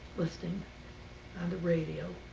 listening on the radio.